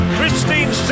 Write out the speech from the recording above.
Christine